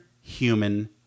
human